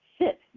sit